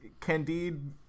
Candide